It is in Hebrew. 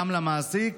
גם למעסיק,